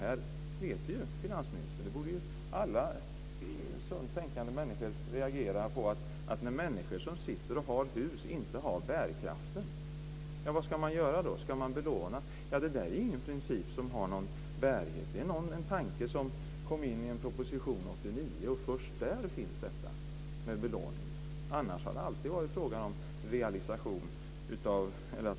Finansministern vet - det borde alla sunt tänkande människor reagera på - att människor som har hus inte har bärkraften. Vad ska man då göra? Ska man belåna? Det är ingen princip som har någon bärighet. Det är en tanke som kom i en proposition 1989. Först där finns detta om belåning. Annars har det alltid varit fråga om realisation.